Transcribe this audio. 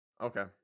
Okay